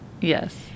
Yes